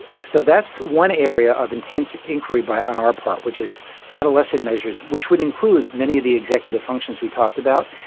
so that's one area of intense enquiry on our part, which is adolescent measures, which would include many of the executive functions we talked about,